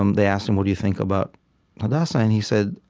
um they asked him, what do you think about hadassah? and he said,